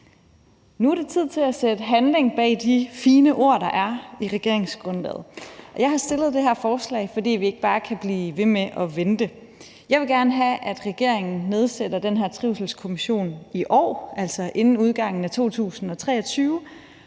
Nu er det tid til at sætte handling bag de fine ord, der står i regeringsgrundlaget, og jeg har fremsat det her forslag, fordi vi ikke bare kan blive ved med at vente. Jeg vil gerne have, at regeringen nedsætter den her trivselskommission i år, altså inden udgangen af 2023,